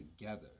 together